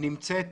נמצאת